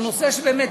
הוא נושא שבאמת,